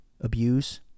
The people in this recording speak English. abuse